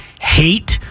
hate